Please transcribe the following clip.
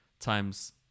times